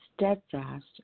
steadfast